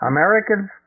Americans